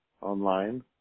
online